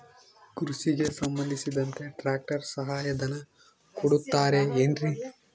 ಕೃಷಿಗೆ ಸಂಬಂಧಿಸಿದಂತೆ ಟ್ರ್ಯಾಕ್ಟರ್ ಸಹಾಯಧನ ಕೊಡುತ್ತಾರೆ ಏನ್ರಿ?